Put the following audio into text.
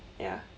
ya